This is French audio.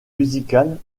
musicales